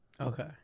Okay